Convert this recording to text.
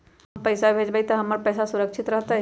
हम पैसा भेजबई तो हमर पैसा सुरक्षित रहतई?